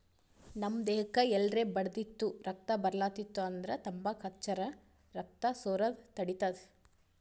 ನಮ್ ದೇಹಕ್ಕ್ ಎಲ್ರೆ ಬಡ್ದಿತ್ತು ರಕ್ತಾ ಬರ್ಲಾತಿತ್ತು ಅಂದ್ರ ತಂಬಾಕ್ ಹಚ್ಚರ್ ರಕ್ತಾ ಸೋರದ್ ತಡಿತದ್